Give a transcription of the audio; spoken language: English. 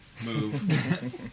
move